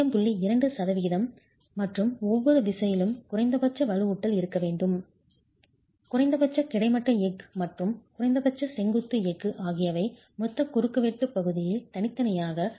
2 சதவிகிதம் மற்றும் ஒவ்வொரு திசையிலும் குறைந்தபட்ச வலுவூட்டல் இருக்க வேண்டும் குறைந்தபட்ச கிடைமட்ட எஃகு மற்றும் குறைந்தபட்ச செங்குத்து எஃகு ஆகியவை மொத்த குறுக்குவெட்டு பகுதியில் தனித்தனியாக 0